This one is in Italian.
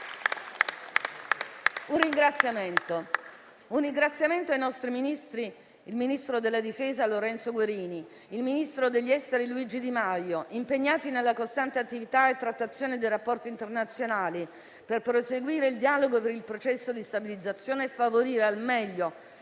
Un ringraziamento va ai nostri Ministri, al ministro della difesa Lorenzo Guerini e al ministro degli affari esteri Luigi Di Maio, impegnati nella costante attività e trattazione dei rapporti internazionali per proseguire il dialogo per il processo di stabilizzazione e favorire al meglio